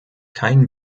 keinen